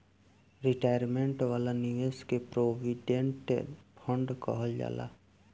retirement वाला निवेश के प्रोविडेंट फण्ड कहल जाला